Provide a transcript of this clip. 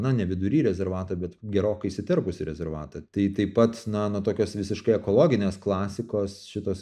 na ne vidury rezervato bet gerokai įsiterpus į rezervatą tai taip pat na nuo tokios visiškai ekologinės klasikos šitos